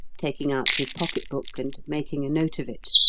taking out his pocket-book and making a note of it.